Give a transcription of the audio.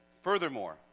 Furthermore